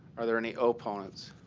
are there any opponents?